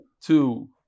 two